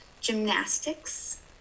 gymnastics